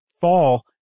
fall